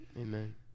Amen